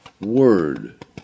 word